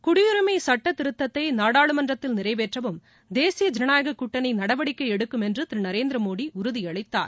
குடியுரிஸை சட்டத் திருத்தத்தை நாடாளுமன்றத்தில் நிறைவேற்றவும் தேசிய ஐனநாயக கூட்டணி நடவடிக்கை எடுக்கும் என்று திரு நரேந்திர மோடி உறுதியளித்தார்